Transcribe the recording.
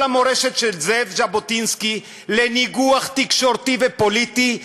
המורשת של זאב ז'בוטינסקי לניגוח תקשורתי ופוליטי,